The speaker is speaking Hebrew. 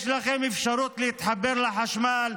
יש לכם אפשרות להתחבר לחשמל,